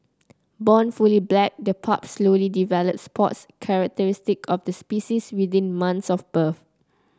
born fully black the pups slowly develop spots characteristic of the species within months of birth